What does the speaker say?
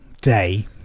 day